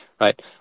right